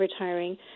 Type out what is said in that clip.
retiring